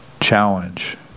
challenge